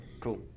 cool